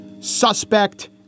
suspect